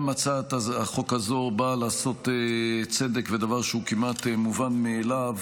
גם הצעת החוק הזו באה לעשות צדק בדבר שהוא כמעט מובן מאליו